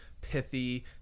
pithy